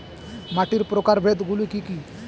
মাটির প্রকারভেদ গুলো কি কী?